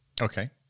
Okay